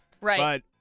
Right